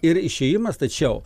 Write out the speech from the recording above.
ir išėjimas tačiau